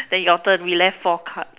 then your turn we left four card